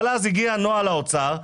אבל אז הגיע נוהל האוצר,